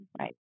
Right